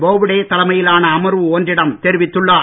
போப்டே தலைமையிலான அமர்வு ஒன்றிடம் தெரிவித்துள்ளார்